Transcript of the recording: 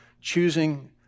choosing